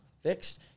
fixed